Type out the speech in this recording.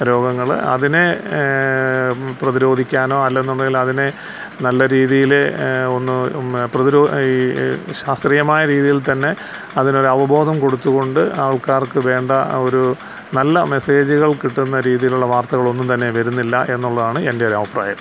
രോഗങ്ങൾ അതിനെ പ്രതിരോധിക്കാനൊ അല്ലെന്നുണ്ടെങ്കിൽ അതിനെ നല്ല രീതിയിൽ ഒന്ന് ഒന്ന് ഈ ശാസ്ത്രീയമായ രീതിയിൽ തന്നെ അതിനൊരവബോധം കൊടുത്തുകൊണ്ട് ആൾക്കാർക്ക് വേണ്ട ആ ഒരു നല്ല മെസ്സേജുകൾ കിട്ടുന്ന രീതിയിലുള്ള വാർത്തകളൊന്നും തന്നെ വരുന്നില്ല എന്നുള്ളതാണ് എൻ്റെ ഒരു അഭിപ്രായം